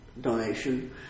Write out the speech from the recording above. donation